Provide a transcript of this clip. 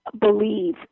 believe